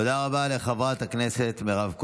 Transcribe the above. תודה רבה לחברת הכנסת מירב כהן.